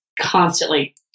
constantly